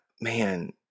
man